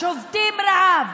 שובתים רעב.